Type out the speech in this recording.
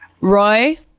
Roy